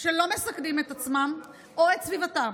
שלא מסכנים את עצמם או את סביבתם.